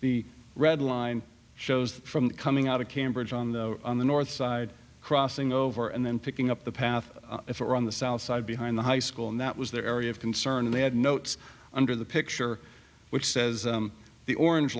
the red line shows from coming out of cambridge on the north side crossing over and then picking up the path if it were on the south side behind the high school and that was their area of concern and they had notes under the picture which says the orange